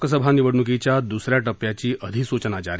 लोकसभा निवडणुकीच्या दुसऱ्या टप्प्याची अधिसूचना जारी